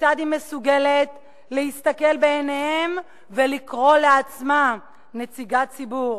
כיצד היא מסוגלת להסתכל בעיניהם ולקרוא לעצמה נציגת ציבור